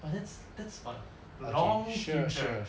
well that's that's on long future